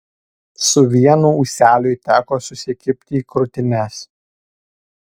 su vienu ūseliui teko susikibti į krūtines